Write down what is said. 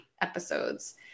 episodes